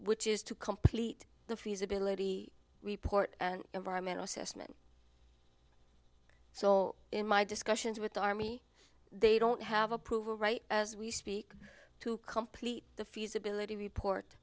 which is to complete the feasibility report and environmental assessment so in my discussions with the army they don't have approval right as we speak to complete the feasibility report